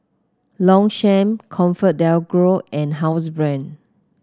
Longchamp ComfortDelGro and Housebrand